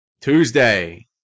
Tuesday